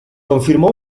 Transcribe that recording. confirmó